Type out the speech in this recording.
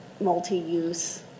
multi-use